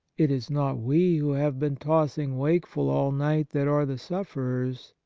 it is not we who have been tossing wakeful all night that are the sufferers,